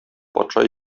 патша